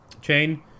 chain